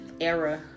era